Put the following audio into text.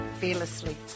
Fearlessly